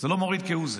זה לא מוריד כהוא זה.